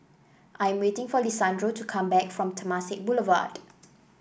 I am waiting for Lisandro to come back from Temasek Boulevard